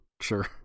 Sure